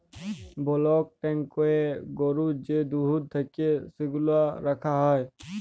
block ট্যাংকয়ে গরুর যে দুহুদ থ্যাকে সেগলা রাখা হ্যয়